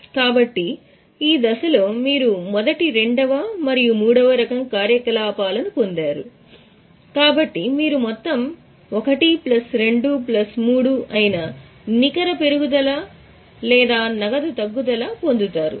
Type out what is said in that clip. కాబట్టి ఈ దశలో మీరు మొదటి రెండవ మరియు మూడవ రకం కార్యకలాపాలను పొందారు కాబట్టి మీరు మొత్తం 1 ప్లస్ 2 ప్లస్ 3 అయిన నికర పెరుగుదల లేదా నగదు తగ్గుదల పొందుతారు